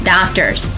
Doctors